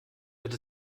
wird